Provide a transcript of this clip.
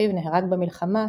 שאחיו נהרג במלחמה,